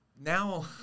now